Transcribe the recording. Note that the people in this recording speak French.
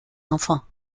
enfants